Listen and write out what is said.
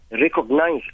recognize